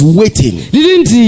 waiting